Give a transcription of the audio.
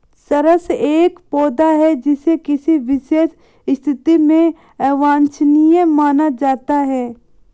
चरस एक पौधा है जिसे किसी विशेष स्थिति में अवांछनीय माना जाता है